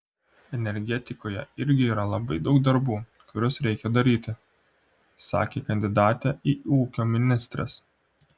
energetikoje irgi yra labai daug darbų kuriuos reikia daryti sakė kandidatė į ūkio ministres